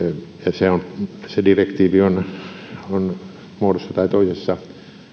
se direktiivi on muodossa tai toisessa